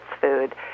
food